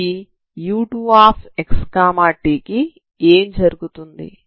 ఈ u2xt కి ఏమి జరుగుతుంది